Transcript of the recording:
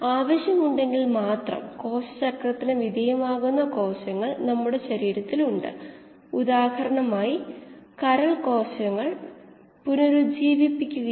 x എന്നത് ഔട്ട്ലെറ്റിലെ കോശ സാന്ദ്രതയും ദ്രാവകത്തിന്റെ വോളിയവുമാണ് ഈ വേരിയബിളുകളെല്ലാം സമയത്തിനനുസരിച്ച് മാറില്ല